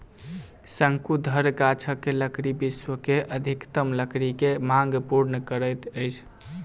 शंकुधर गाछक लकड़ी विश्व के अधिकतम लकड़ी के मांग पूर्ण करैत अछि